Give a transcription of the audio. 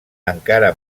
encara